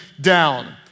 down